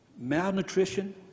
Malnutrition